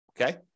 Okay